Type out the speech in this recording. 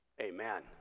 Amen